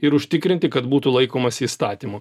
ir užtikrinti kad būtų laikomasi įstatymų